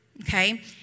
okay